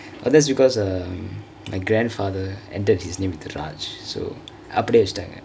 oh that's because my grandfather ended his name with the raj so அப்படியே வச்சுட்டாங்க:apadiye vachutaangka